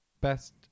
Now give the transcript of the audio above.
Best